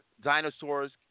dinosaurs